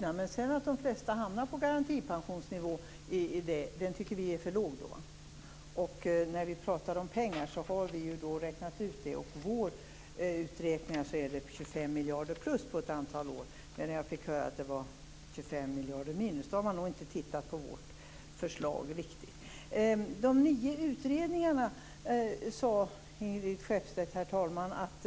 Herr talman! Det är naturligtvis en helt annan uppbyggnad. Att de flesta sedan hamnar på garantipensionsnivån gör att vi tycker att den är för låg. När vi pratar om pengar har vi räknat ut vad detta kostar. Enligt våra uträkningar är det ett plus på 25 miljarder under ett antal år. Jag fick höra att det var ett minus på 25 miljarder, men då har man nog inte tittat på vårt förslag. Herr talman! Ingrid Skeppstedt nämnde de nio utredningarna och att